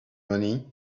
money